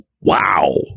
Wow